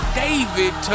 david